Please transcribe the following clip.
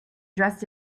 dressed